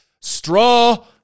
Straw